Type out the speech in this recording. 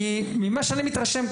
כי ממה שאני מתרשם,